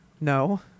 No